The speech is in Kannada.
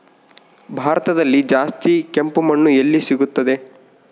ಭಾರತದಲ್ಲಿ ಜಾಸ್ತಿ ಕೆಂಪು ಮಣ್ಣು ಎಲ್ಲಿ ಸಿಗುತ್ತದೆ?